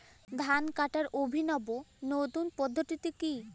ধান কাটার অভিনব নতুন পদ্ধতিটি কি?